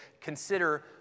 consider